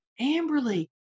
Amberly